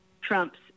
Trump's